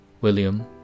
William